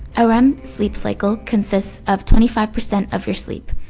a rem sleep cycle consists of twenty five percent of your sleep,